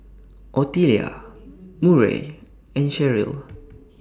Ottilia Murray and Sharyl